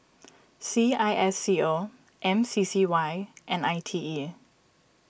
C I S C O M C C Y and I T E